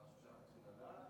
יש משהו שאנחנו צריכים לדעת?